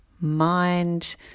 mind